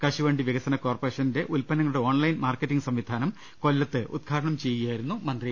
കശുവണ്ടി വികസന കോർപ്റേഷന്റെ ഉത്പന്നങ്ങളുടെ ഓൺലൈൻ മാർക്കറ്റിംഗ് സുംവിധാനം കൊല്ലത്ത് ഉദ്ഘാടനം ചെയ്യുകയായിരുന്നു മന്ത്രി